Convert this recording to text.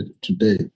today